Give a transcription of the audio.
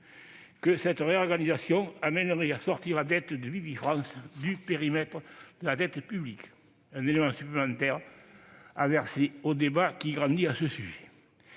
que cette réorganisation amènerait à sortir la dette de Bpifrance du périmètre de la dette publique ; un élément supplémentaire à verser au débat qui grandit à ce sujet